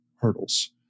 hurdles